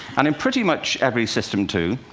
and in pretty much every system, too,